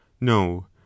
No